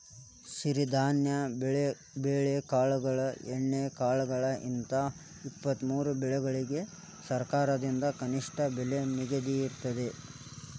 ಸಿರಿಧಾನ್ಯ ಬೆಳೆಕಾಳುಗಳು ಎಣ್ಣೆಕಾಳುಗಳು ಹಿಂತ ಇಪ್ಪತ್ತಮೂರು ಬೆಳಿಗಳಿಗ ಸರಕಾರದಿಂದ ಕನಿಷ್ಠ ಬೆಲೆ ನಿಗದಿಯಾಗಿರ್ತದ